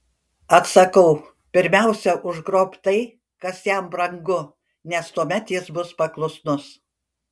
atsakau pirmiausia užgrobk tai kas jam brangu nes tuomet jis bus paklusnus